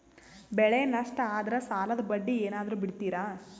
ಬೆಳೆ ನಷ್ಟ ಆದ್ರ ಸಾಲದ ಬಡ್ಡಿ ಏನಾದ್ರು ಬಿಡ್ತಿರಾ?